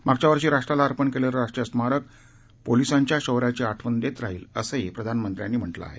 मागच्या वर्षी राष्ट्राला अर्पण केलेलं राष्ट्रीय पोलीस स्मारक पोलीसांच्या शौर्याची आठवण देत राहील असंही प्रधानमंत्र्यांनी संदेशात म्हटलं आहे